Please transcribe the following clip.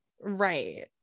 Right